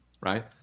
right